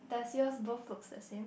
does yours both looks the same